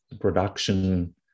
production